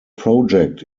project